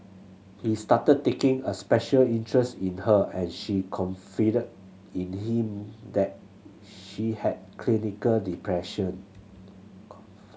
he started taking a special interest in her and she confided in him that she had clinical depression